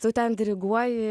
tu ten diriguoji